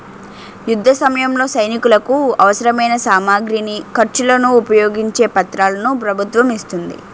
యుద్ధసమయంలో సైనికులకు అవసరమైన సామగ్రిని, ఖర్చులను ఉపయోగించే పత్రాలను ప్రభుత్వం ఇస్తోంది